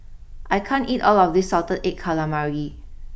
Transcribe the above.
I can't eat all of this Salted Egg Calamari